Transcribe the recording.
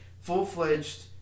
full-fledged